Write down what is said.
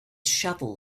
shovel